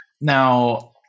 Now